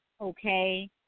okay